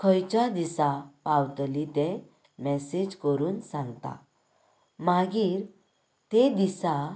खंयच्या दिसा पावतली तें मेसेज करून सांगतात मागीर तें दिसा